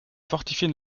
fortifier